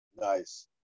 nice